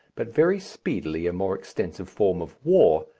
but very speedily a more extensive form of war,